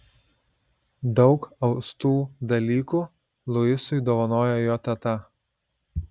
daug austų dalykų luisui dovanojo jo teta